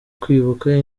kwibuka